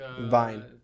Vine